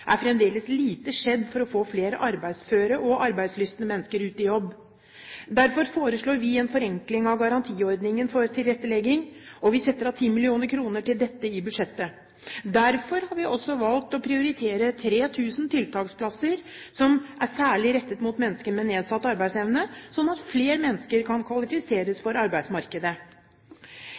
er fremdeles lite skjedd for å få flere arbeidsføre og arbeidslystne mennesker ut i jobb. Derfor foreslår vi en forenkling av garantiordningen for tilrettelegging, og vi setter av 10 mill. kr til dette i budsjettet. Derfor har vi også valgt å prioritere 3 000 tiltaksplasser som er særlig rettet mot mennesker med nedsatt arbeidsevne, sånn at flere mennesker kan kvalifiseres for arbeidsmarkedet.